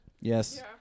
Yes